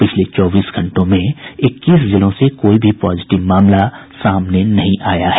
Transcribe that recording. पिछले चौबीस घंटों में इक्कीस जिलों से कोई भी पॉजिटिव मामला सामने नहीं आया है